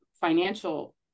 financial